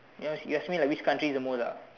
you you ask me like which country is the most ah